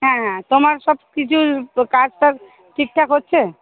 হ্যাঁ হ্যাঁ তোমার সব কিছু কাজ টাজ ঠিকঠাক হচ্ছে